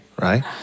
right